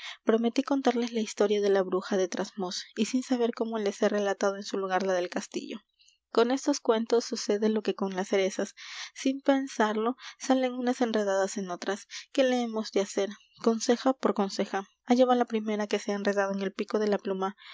prometí contarles la historia de la bruja de trasmoz y sin saber cómo les he relatado en su lugar la del castillo con estos cuentos sucede lo que con las cerezas sin pensarlo salen unas enredadas en otras qué le hemos de hacer conseja por conseja allá va la primera que se ha enredado en el pico de la pluma